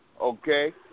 Okay